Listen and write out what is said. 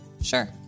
Sure